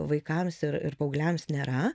vaikams ir ir paaugliams nėra